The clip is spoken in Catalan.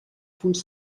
punts